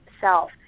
self